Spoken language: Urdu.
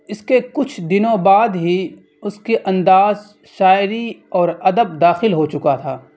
اس کے کچھ دنوں بعد ہی اس کے انداز شاعری اور ادب داخل ہو چکا تھا